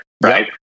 right